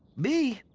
me?